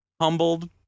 humbled